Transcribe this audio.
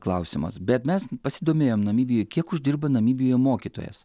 klausimas bet mes pasidomėjom namibijoj kiek uždirba namibijoj mokytojas